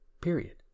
Period